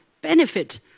benefit